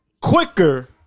quicker